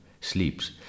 sleeps